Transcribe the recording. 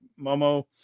Momo